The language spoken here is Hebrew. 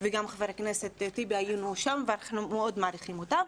חבר הכנסת טיבי היינו שם בביקור ואנחנו מאוד מעריכים אותם.